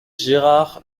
gérard